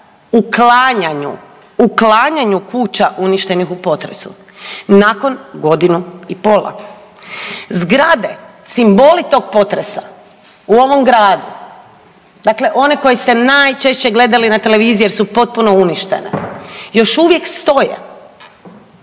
uklanjanju kuća uništenih u potresu nakon godinu i pola. Zgrade, simboli tog potresa u ovom gradu dakle one koje ste najčešće gledali na televiziji jer su potpuno uništene još uvijek stoje,